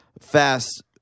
fast